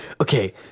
okay